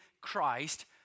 Christ